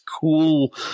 cool